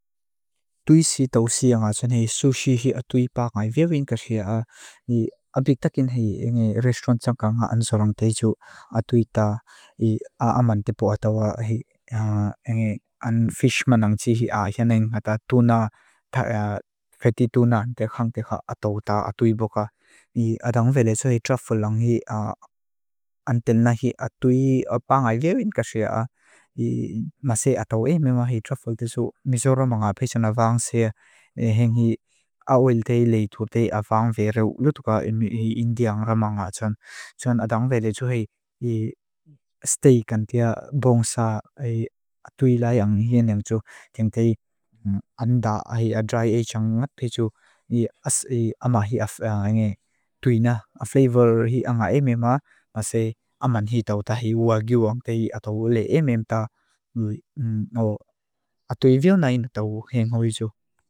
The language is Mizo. Tui si tausia nga tsunehi sushi hi atui paa ngai viewin kaxia. Ni apik takin hei restaurant tsaka nga ansorang teiju atuita i aaman tipu atawa hei ang fish manang tsihi aahianeng nga taa tuna, fatty tuna ante khankeha atauta atui boka. Ni adang vele tsuhi truffle nga hi antena hi atui paa ngai viewin kaxia. Maase atawe mima hei truffle tsu miso raman nga pesan avans hea. Heng hi awel teilei tutei avans verew lutuka indian raman nga tsune. Tsuan adang vele tsuhi hi steak antia bonsa atui lai ang hieneng tsu. Kengtei anda hi dry aged ngat hei tsu. Ni as i ama hi atui na. A flavor hi anga emema maase aman hitau tahi ua giuang. Tei atawu le emem ta atui vil nain atawu heng hoi tsu.